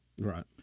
Right